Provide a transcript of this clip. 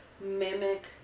mimic